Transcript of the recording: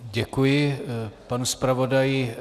Děkuji panu zpravodaji.